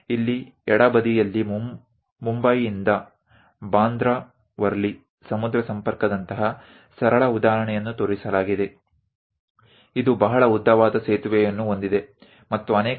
અહીં ડાબી બાજુએ મુંબઈથી બાંદ્રા વરલી દરિયાઈ જોડાણ જેવા સરળ ઉદાહરણ દ્વારા બતાવવામાં આવેલ છે